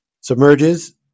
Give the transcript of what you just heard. submerges